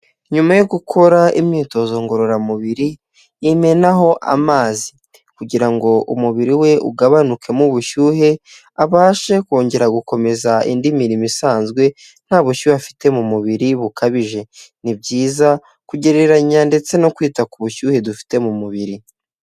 Nyuma yo gukora imyitozo ngororamubiri, yimenaho amazi kugira ngo umubiri we ugabanukemo ubushyuhe, abashe kongera gukomeza indi mirimo isanzwe, nta bushyuhe afite mu mubiri bukabije, ni byiza kugereranya ndetse no kwita ku bushyuhe dufite mu mubiri.